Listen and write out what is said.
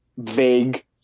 vague